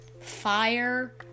fire